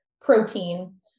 protein